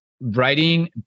writing